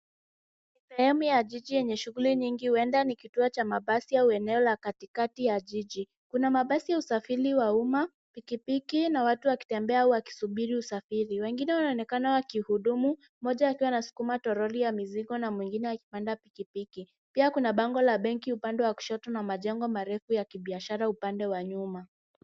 Sehemu ya jiji yenye shuguli nyingi huenda ni kituo cha mabasi au eneo la katikati ya jiji, kuna mabasi ya usafiri wa umma, pikipiki na watu wakitembea wakisubiri usafiri, wengine wanaonekana wakihudumu mmoja akiwa anasukumu troli ya mzigo na mwingine akipanda pikipiki. Pia kuna bango la benki upande wa kushoto na majengo marefu ya kibiashara upande wa nyuma.